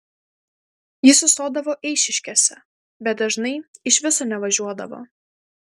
jis sustodavo eišiškėse bet dažnai iš viso nevažiuodavo